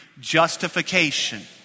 Justification